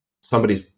somebody's